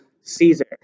Caesar